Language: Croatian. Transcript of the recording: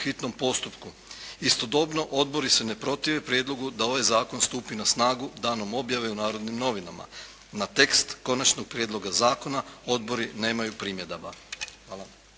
hitnom postupku. Istodobno, odbori se ne protive prijedlogu da ovaj zakon stupi na snagu danom objave u "Narodnim novinama". Na tekst konačnog prijedloga zakona odbori nemaju primjedaba.